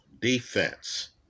defense